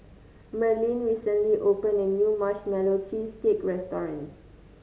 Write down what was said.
Merlene recently opened a new Marshmallow Cheesecake restaurant